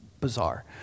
bizarre